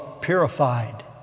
purified